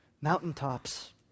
mountaintops